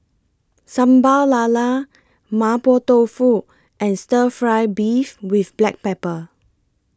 Sambal Lala Mapo Tofu and Stir Fry Beef with Black Pepper